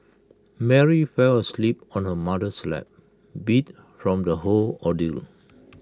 Mary fell asleep on her mother's lap beat from the whole ordeal